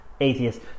atheist